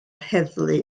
heddlu